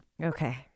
Okay